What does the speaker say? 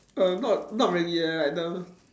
err not not really leh like the